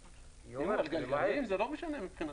אם הוא על גלגלים זה לא משנה לנו.